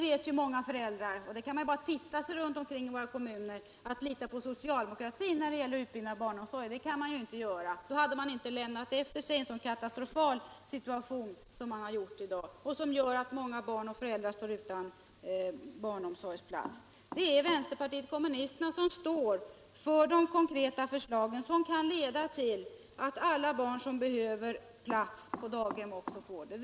Men föräldrarna behöver ju bara se sig omkring i våra kommuner för att finna att man inte kan lita på socialdemokratin i det avseendet. Då skulle socialdemokraterna inte ha lämnat efter sig en så katastrofal situation som de har gjort i dag. Den gör att många barn står utan barnomsorgsplats. Det är vänsterpartiet kommunisterna som står för de konkreta förslag som kan leda till att alla barn som behöver = Nr 95 plats på daghem också får den.